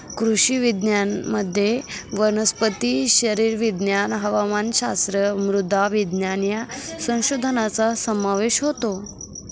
कृषी विज्ञानामध्ये वनस्पती शरीरविज्ञान, हवामानशास्त्र, मृदा विज्ञान या संशोधनाचा समावेश होतो